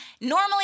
Normally